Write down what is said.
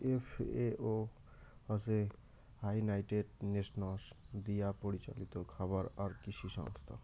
FAO হসে United Nations দিয়াপরিচালিত খাবার আর কৃষি সংস্থা